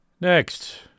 Next